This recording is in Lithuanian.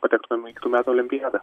patektumėm į kitų metų olimpiadą